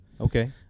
Okay